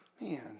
Man